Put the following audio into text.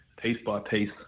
piece-by-piece